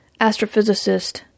astrophysicist